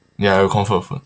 ya your comfort food